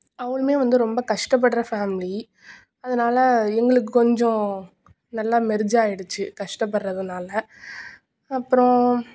அவளுமே வந்து ரொம்ப கஷ்டப்படுற ஃபேம்லி அதனால எங்களுக்கு கொஞ்சம் நல்லா மெர்ஜ் ஆய்டுச்சு கஷ்டப்படுறதுனால அப்புறோம்